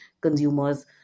consumers